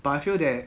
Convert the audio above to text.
but I feel that